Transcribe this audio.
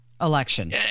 election